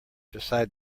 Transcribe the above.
decide